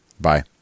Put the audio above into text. Bye